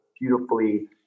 beautifully